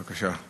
בבקשה.